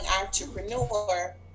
entrepreneur